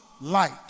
light